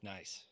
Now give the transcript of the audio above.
Nice